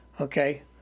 Okay